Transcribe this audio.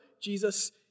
Jesus